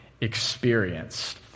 experienced